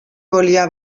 volia